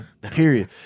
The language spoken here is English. Period